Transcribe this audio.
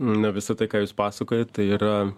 na visa tai ką jūs pasakojat tai yra